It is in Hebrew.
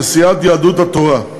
לסיעת יהדות התורה,